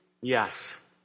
Yes